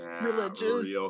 religious